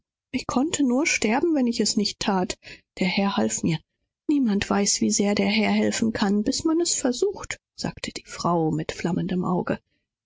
ich konnte nur sterben wenn's nicht gelang der herr half mir o niemand weiß wie groß die hülfe des herrn ist bis er's versucht sagte die frau mit flammendem auge